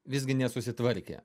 visgi nesusitvarkė